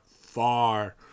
far